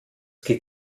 geht